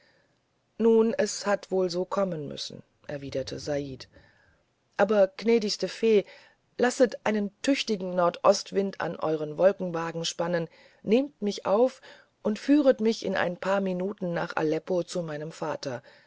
nun es hat wohl so kommen müssen erwiderte said aber gnädigste fee lasset einen tüchtigen nordostwind an euren wolkenwagen spannen nehmet mich auf und führet mich in ein paar minuten nach aleppo zu meinem vater